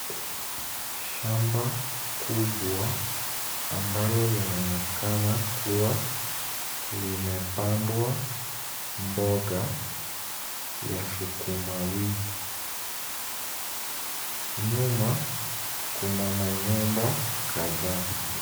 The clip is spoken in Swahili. Shamba kubwa ambalo linaonekana kuwa limepandwa mboga ya sukuma wiki. Nyuma kuna manyumba kadhaa.